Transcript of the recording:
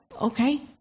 Okay